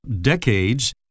decades